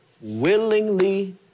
willingly